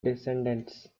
descendants